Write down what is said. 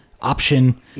option